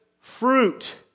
fruit